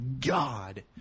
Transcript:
God